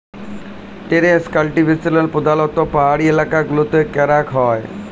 terrace cultivation প্রধালত্ব পাহাড়ি এলাকা গুলতে ক্যরাক হ্যয়